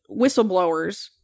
whistleblowers